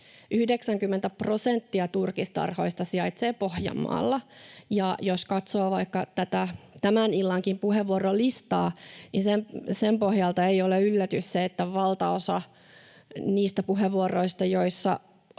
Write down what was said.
turkistarhoista sijaitsee Pohjanmaalla, ja jos katsoo vaikka tämänkin illan puheenvuorolistaa, niin sen pohjalta ei ole yllätys se, että valtaosa niistä puheenvuoroista, joissa